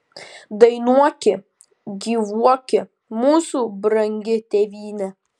dainuoki gyvuoki mūsų brangi tėvyne